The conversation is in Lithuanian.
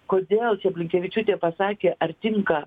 kodėl čia blinkevičiūtė pasakė ar tinka